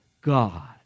God